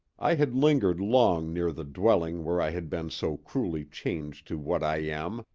i had lingered long near the dwelling where i had been so cruelly changed to what i am,